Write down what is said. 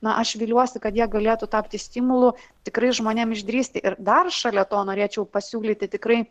na aš viliuosi kad jie galėtų tapti stimulu tikrai žmonėm išdrįsti ir dar šalia to norėčiau pasiūlyti tikrai